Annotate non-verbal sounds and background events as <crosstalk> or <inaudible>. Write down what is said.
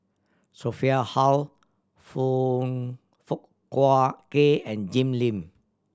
Sophia Hull Foong Fook <unintelligible> Kay and Jim Lim